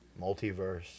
multiverse